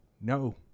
No